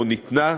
או ניתנה,